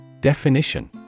Definition